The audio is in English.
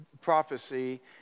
prophecy